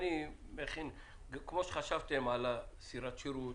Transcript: כמו שחשבתם על סירת שירות